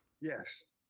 Yes